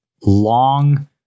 long